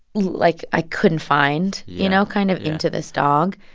like, i couldn't find, you know, kind of into this dog.